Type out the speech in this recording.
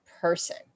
person